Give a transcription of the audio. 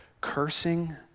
cursing